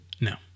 No